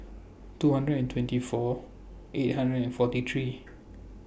two hundred and twenty four eight hundred and forty three